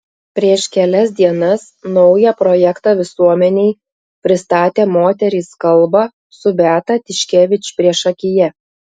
prieš kelias dienas naują projektą visuomenei pristatė moterys kalba su beata tiškevič priešakyje